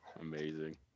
amazing